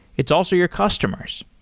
it's also your customers.